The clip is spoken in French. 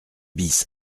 bis